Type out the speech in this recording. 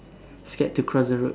scared to cross the road